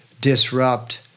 disrupt